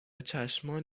چشمان